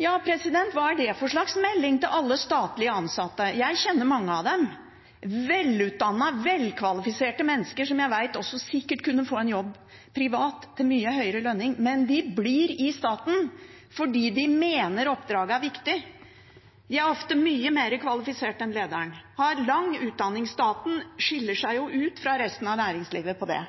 Ja, hva er det for slags melding til alle statlige ansatte? Jeg kjenner mange av dem – velutdannete, velkvalifiserte mennesker som jeg vet sikkert kunne få en jobb privat til mye høyere lønning, men de blir i staten fordi de mener oppdraget er viktig. De er ofte mye mer kvalifisert enn lederen, har lang utdanning. Staten skiller seg jo fra næringslivet på det